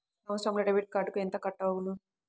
ఒక సంవత్సరంలో డెబిట్ కార్డుకు ఎంత కట్ అగును?